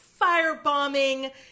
firebombing